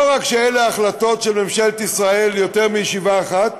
לא רק שאלה החלטות של ממשלת ישראל יותר מישיבה אחת,